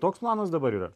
toks planas dabar yra